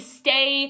stay